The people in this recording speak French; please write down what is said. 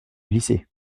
lycée